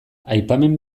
aipamen